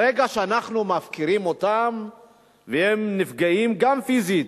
ברגע שאנחנו מפקירים אותם והם נפגעים, גם פיזית,